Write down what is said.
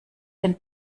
den